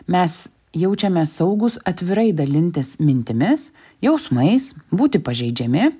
mes jaučiamės saugūs atvirai dalintis mintimis jausmais būti pažeidžiami